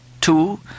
Two